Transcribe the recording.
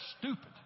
stupid